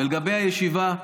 מה לגבי הישיבה מחר?